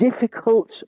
difficult